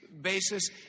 basis